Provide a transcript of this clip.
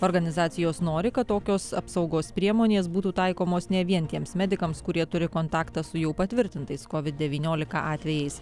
organizacijos nori kad tokios apsaugos priemonės būtų taikomos ne vien tiems medikams kurie turi kontaktą su jau patvirtintais covid devyniolika atvejais